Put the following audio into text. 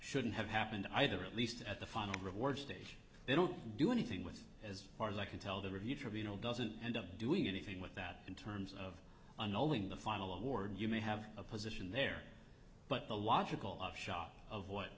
shouldn't have happened either at least at the final reward stage they don't do anything with as far as i can tell the review tribunal doesn't end up doing anything with that in terms of an all in the final award you may have a position there but the logical upshot of what